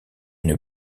une